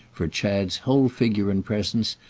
for chad's whole figure and presence,